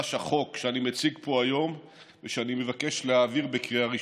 נדרש החוק שאני מציג פה היום ושאני מבקש להעביר בקריאה ראשונה.